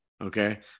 Okay